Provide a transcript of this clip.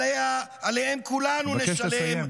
שעליהם כולנו נשלם.